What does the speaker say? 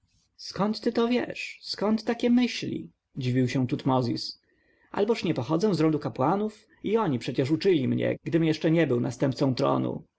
skąd ty to wiesz skąd takie myśli dziwił się tutmozis alboż nie pochodzę z rodu kapłanów i oni przecież uczyli mnie gdym jeszcze nie był następcą tronu